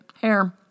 hair